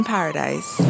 Paradise